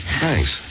Thanks